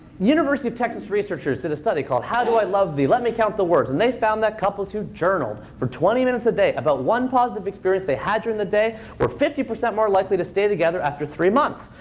university of texas researchers did a study called, how do i love thee let me count the words. and they found that couples who journaled for twenty minutes a day about one positive experience they had during the day were fifty percent more likely to stay together after three months,